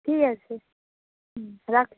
ঠিক আছে হুম রাখ